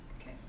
Okay